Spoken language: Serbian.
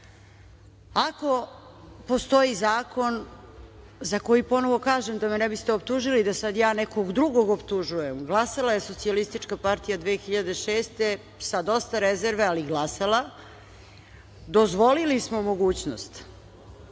postoji zakon, za koji ponovo kažem da me ne biste optužili da sad ja nekog drugog optužujem, glasala je SPS 2006. godine sa dosta rezerve, ali glasala, dozvolili smo mogućnost